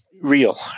real